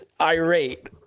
irate